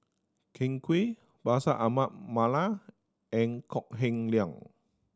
Ken Kwek Bashir Ahmad Mallal and Kok Heng Leun